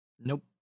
Nope